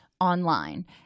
online